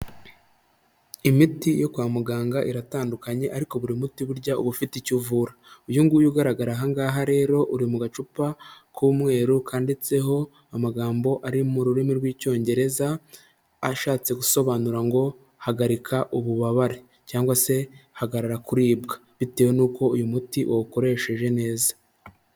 Imiti yo kwa muganga iratandukanye ariko buri muti burya uba ufite icyo uvura, uyu nguyu ugaragara aha ngaha rero uri mu gacupa k'umweru kanditseho amagambo ari mu rurimi rw'icyongereza ashatse gusobanura ngo hagarika ububabare cyangwa se hagarara kuribwa bitewe n'uko uyu muti wawukoresheje neza.